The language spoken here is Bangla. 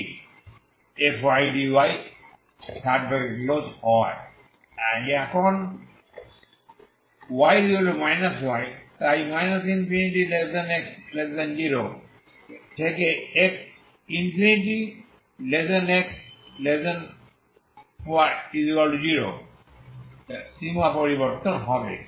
তাই এখন y y তাই ∞x0 থেকে ∞x0 সীমা পরিবর্তন হবে